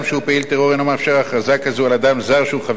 מאפשר הכרזה כזו על אדם זר שהוא חבר בארגון טרור